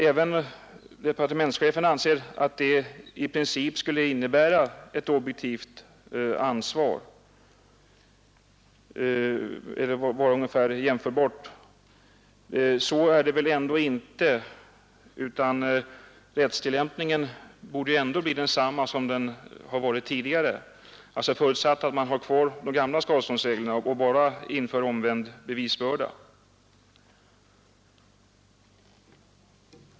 Även departementschefen anser att det i princip skulle vara ungefär jämförbart med objektivt ansvar. Så är det väl ändå inte, utan rättstillämpningen borde bli densamma som den har varit tidigare, förutsatt att man har kvar de gamla skadeståndsreglerna och bara inför omvänd bevisbörda.